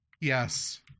Yes